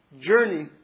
journey